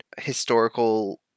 historical